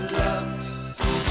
love